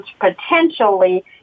potentially